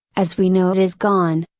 as we know it is gone,